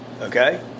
okay